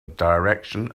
direction